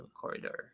corridor